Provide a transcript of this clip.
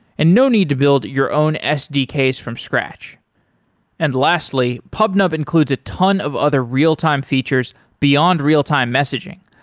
and no need to build your own sdks from scratch and lastly, pubnub includes a ton of other real-time features beyond real-time messaging,